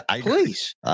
Please